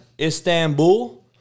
Istanbul